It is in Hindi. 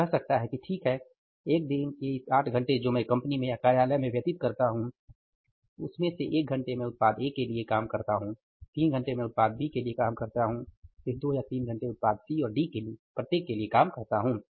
वह कह सकता है कि ठीक है एक दिन के इस 8 घंटे जो मैं कंपनी में या कार्यालय में व्यतीत करता हूँ उसमे से एक घंटे मैं उत्पाद ए के लिए काम करता हूँ 3 घंटे मैं उत्पाद बी के लिए काम करता हूं और फिर 2 या 3 घंटे उत्पाद सी और डी प्रत्येक के लिए काम करता हूं